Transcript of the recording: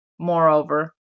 moreover